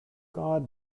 god